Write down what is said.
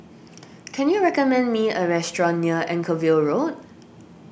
can you recommend me a restaurant near Anchorvale Road